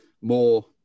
more